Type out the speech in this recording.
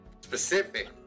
specific